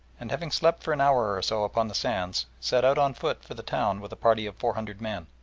and having slept for an hour or so upon the sands, set out on foot for the town with a party of four hundred men.